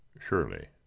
Surely